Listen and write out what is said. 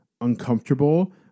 uncomfortable